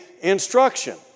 instruction